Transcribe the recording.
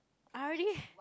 I already